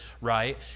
right